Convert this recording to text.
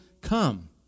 come